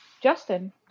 Justin